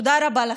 תודה רבה לכם.